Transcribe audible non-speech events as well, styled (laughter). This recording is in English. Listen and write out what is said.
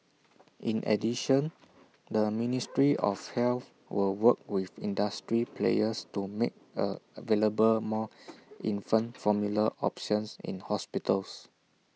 (noise) in addition the ministry of health will work with industry players to make A available more infant formula options in hospitals